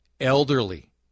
elderly